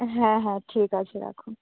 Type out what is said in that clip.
হ্যাঁ হ্যাঁ ঠিক আছে রাখুন